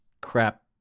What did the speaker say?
Crap